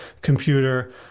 computer